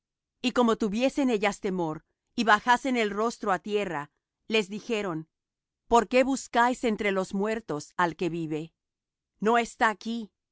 y como tuviesen ellas temor y bajasen el rostro á tierra les dijeron por qué buscáis entre los muertos al que vive no está aquí